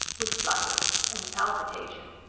with flutterings and palpitation,